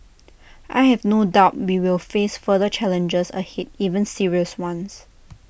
I have no doubt we will face further challenges ahead even serious ones